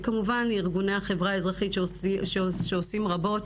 וכמובן ארגוני החברה האזרחית שעושים רבות